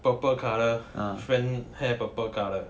purple colour friend hair purple colour